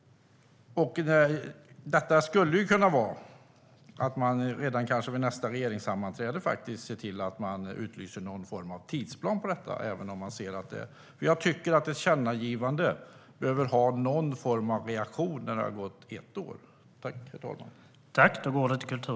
Man skulle kanske redan vid nästa regeringssammanträde kunna se till att man upprättar någon form av tidsplan för detta. Jag tycker att ett tillkännagivande behöver få någon form av reaktion när det har gått ett år.